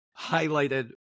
highlighted